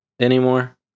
anymore